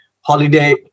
holiday